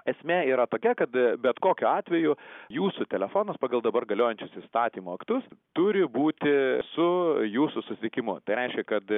esmė yra tokia kad bet kokiu atveju jūsų telefonas pagal dabar galiojančius įstatymo aktus turi būti su jūsų sutikimu tai reiškia kad